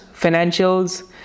financials